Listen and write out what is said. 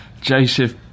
Joseph